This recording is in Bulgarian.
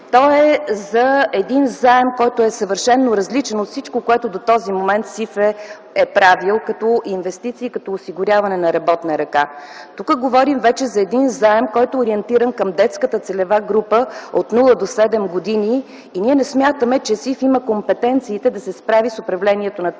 то е за един заем, който е съвършено различен от всичко, което до този момент СИФ е правил като инвестиции, като осигуряване на работна ръка. Тук говорим вече за един заем, който е ориентиран към детската целева група от нула до 7 години и ние не смятаме, че СИФ има компетенциите да се справи с управлението на този